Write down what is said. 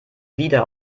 wieder